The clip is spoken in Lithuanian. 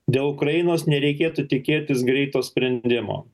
dėl ukrainos nereikėtų tikėtis greito sprendimo